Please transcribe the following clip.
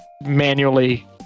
manually